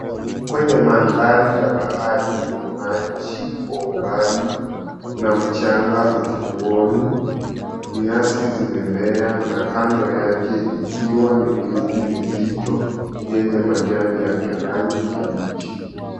Kwenye mandhari ya bahari ni maji kwa umbali, na mchanga ufuoni, nyasi zimemea na kando yake ikiwa ni miti mizito yenye majani ya kirangi kibichi.